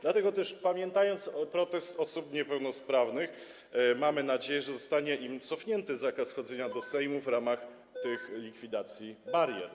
Dlatego też pamiętając protest osób niepełnosprawnych, mamy nadzieję, że zostanie im cofnięty zakaz wchodzenia do Sejmu w ramach tych likwidacji barier.